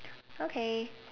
okay